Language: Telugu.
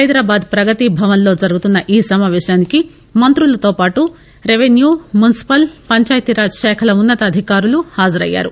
హైదరాబాద్ ప్రగతి భవన్ లో జరుగుతున్న ఈ సమాపేశానికి మంత్రులతో పాటూ రెవెన్యూ మున్పిపల్ పంచాయతీ రాజ్ శాఖల ఉన్న తాధికారులు హాజరయ్యారు